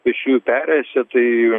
pėsčiųjų perėjose tai